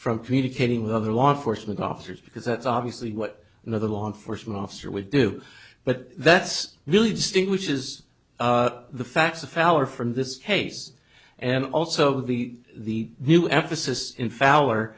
from communicating with other law enforcement officers because that's obviously what another law enforcement officer would do but that's really distinguishes the facts if our from this case and also the the new emphasis in fower